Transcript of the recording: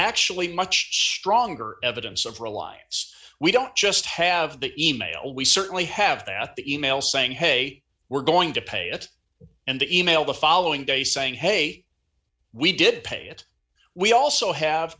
actually much stronger evidence of reliance we don't just have the e mail we certainly have the at the e mail saying hey we're going to pay it and the e mail the following day saying hey we did pay it we also have